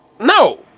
no